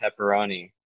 pepperoni